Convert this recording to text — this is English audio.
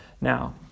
Now